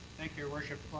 thank you, your worship.